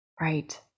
Right